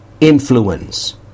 influence